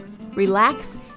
relax